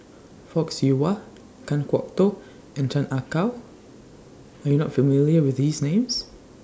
Fock Siew Wah Kan Kwok Toh and Chan Ah Kow YOU Are not familiar with These Names